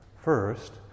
First